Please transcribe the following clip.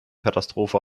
katastrophe